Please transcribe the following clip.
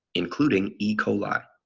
including e. coli.